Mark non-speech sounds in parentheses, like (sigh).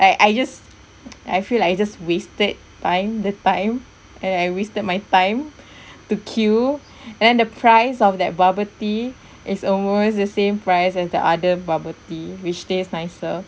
like I just I feel like I just wasted time the time and I wasted my time (breath) to queue and then the price of that bubble tea is almost the same price as the other bubble tea which taste nicer